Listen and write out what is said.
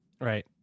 Right